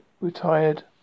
retired